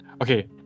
Okay